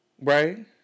Right